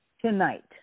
tonight